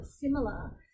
similar